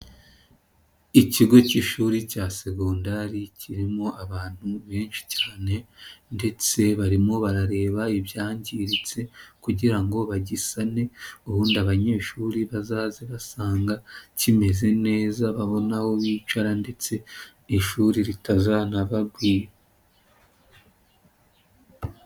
Ikigo cy'ishuri cya segondari kirimo abantu benshi cyane ndetse barimo barareba ibyangiritse kugira ngo bagisane ubundi abanyeshuri bazaze basanga kimeze neza babona aho bicara ndetse n'i ishuri ritazanabagwira.